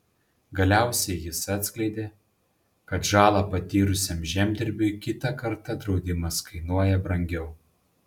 galiausiai jis atskleidė kad žalą patyrusiam žemdirbiui kitą kartą draudimas kainuoja brangiau